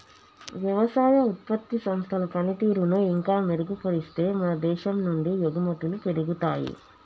వ్యవసాయ ఉత్పత్తి సంస్థల పనితీరును ఇంకా మెరుగుపరిస్తే మన దేశం నుండి ఎగుమతులు పెరుగుతాయి